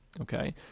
okay